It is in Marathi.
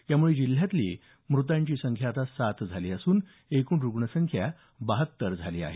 यामुळे जिल्ह्यातली मृतांची संख्या सात झाली असून तर एकूण रुग्ण संख्या बहात्तर झाली आहे